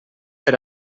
per